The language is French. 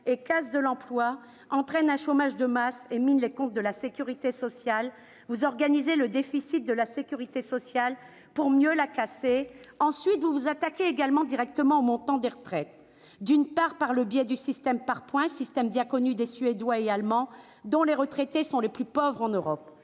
et casse de l'emploi -entraînent un chômage de masse et minent les comptes de la sécurité sociale. Vous organisez le déficit de la sécurité sociale pour mieux la casser ! Vous vous attaquez également directement au montant des pensions de retraite. Vous le faites, d'une part, par le biais du système par points, un système bien connu des Suédois et des Allemands ; or les retraités de ces pays sont les plus pauvres d'Europe.